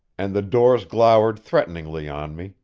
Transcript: and the doors glowered threateningly on me,